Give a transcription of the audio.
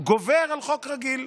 גובר על חוק רגיל,